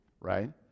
right